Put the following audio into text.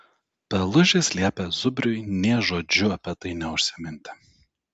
pelužis liepė zubriui nė žodžiu apie tai neužsiminti